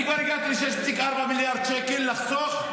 אני כבר הגעתי ל-6.4 מיליארד שקל לחסוך,